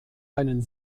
einen